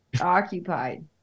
occupied